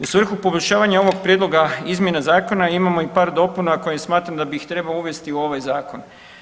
U svrhu poboljšavanja ovog prijedloga izmjene zakona imamo i par dopuna koje smatram da ih treba uvest u ovaj zakon.